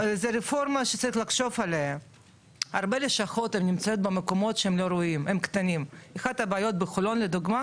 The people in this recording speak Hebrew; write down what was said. צריכים לעשות דיון בנושא המצ'ינג וחד וחלק לסיים את הנושא